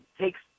takes